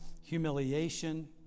humiliation